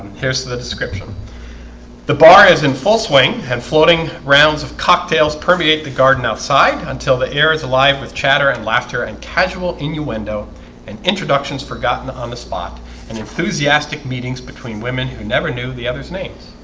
here's the the description the bar is in full swing and floating rounds of cocktails permeate the garden outside until the air is alive with chatter and laughter and casual innuendo and introductions forgotten on the spot and enthusiastic meetings between women who never knew the other's names